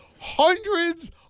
Hundreds